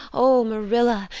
oh, marilla,